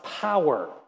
power